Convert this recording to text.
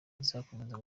izakomeza